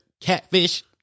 catfish